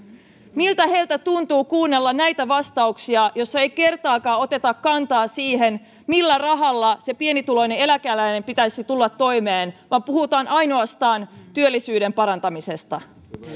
miltä heistä tuntuu kuunnella näitä vastauksia joissa ei kertaakaan oteta kantaa siihen millä rahalla sen pienituloinen eläkeläisen pitäisi tulla toimeen vaan puhutaan ainoastaan työllisyyden parantamisesta